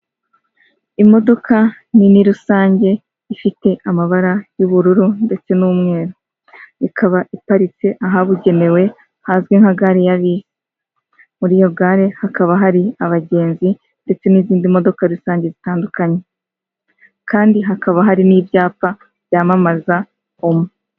Imodoka nini rusange ifite amabara y'ubururu ndetse n'umweru ikaba iparitse ahabugenewe hazwi nka gare ya bisi muri iyo gare hakaba hari abagenzi ndetse n'izindi modoka rusange zitandukanye kandi hakaba hari n'ibyapa byamamaza omo